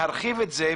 להרחיב אותה,